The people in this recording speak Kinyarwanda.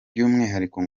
by’umwihariko